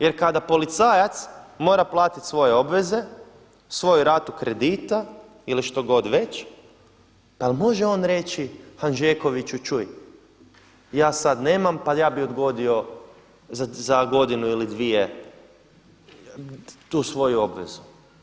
Jer kada policajac mora platiti svoje obaveze, svoju ratu kredita ili što god već, pa jel' može on reći Hanžekoviću čuj ja sad nemam, pa ja bih odgodio za godinu ili dvije tu svoju obvezu.